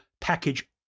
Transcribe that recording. package